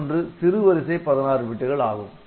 மற்றொன்று சிறு வரிசை 16 பிட்டுகள் ஆகும்